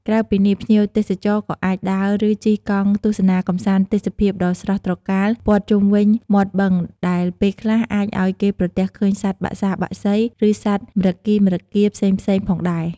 ក្រៅពីនេះភ្ញៀវទេសចរក៏អាចដើរ ឬជិះកង់ទស្សនាកម្សាន្តទេសភាពដ៏ស្រស់ត្រកាលព័ទ្ធជុំវិញមាត់បឹងដែលពេលខ្លះអាចឱ្យគេប្រទះឃើញសត្វបក្សាបក្សី ឬសត្វម្រឹគីម្រឹគា ផ្សេងៗផងដែរ។